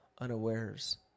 unawares